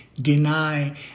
deny